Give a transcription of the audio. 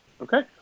Okay